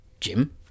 Jim